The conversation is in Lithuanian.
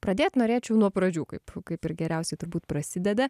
pradėt norėčiau nuo pradžių kaip kaip ir geriausiai turbūt prasideda